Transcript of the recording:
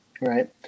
Right